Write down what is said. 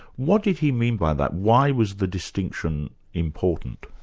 what did he mean by that? why was the distinction important?